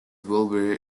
wilbur